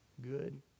good